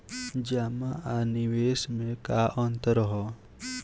जमा आ निवेश में का अंतर ह?